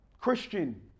Christian